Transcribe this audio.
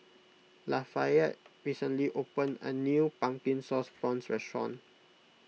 Lafayette recently opened a new Pumpkin Sauce Prawns restaurant